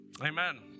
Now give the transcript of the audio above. Amen